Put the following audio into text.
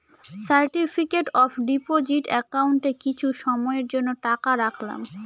certificate of deposit একাউন্টে কিছু সময়ের জন্য টাকা রাখলাম